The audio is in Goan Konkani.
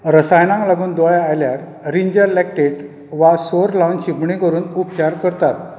रसायनांक लागून दोळे आयल्यार रिंजर लॅक्टेटे वा सोर लावन शिंपणी करून उपचार करतात